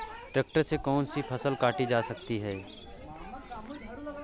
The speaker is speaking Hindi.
ट्रैक्टर से कौन सी फसल काटी जा सकती हैं?